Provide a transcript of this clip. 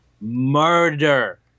murder